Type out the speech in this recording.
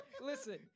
Listen